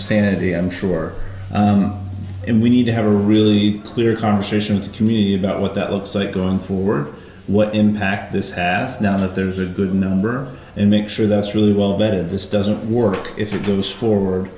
sanity i'm sure and we need to have a really clear conversation with the community about what that looks like going forward what impact this asked now that there's a good number and make sure that it's really well that this doesn't work if it goes forward